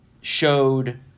showed